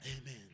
Amen